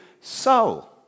soul